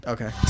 Okay